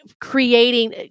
creating